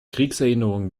kriegserinnerungen